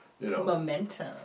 Momentum